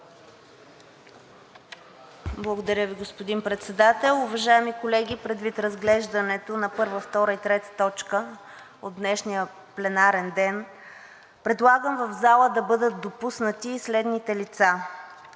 Благодаря, господин Председател. Уважаеми колеги, предвид разглеждането на първа, втора и трета точка от днешния пленарен ден, предлагам в залата да бъдат допуснати следните лица: